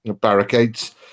barricades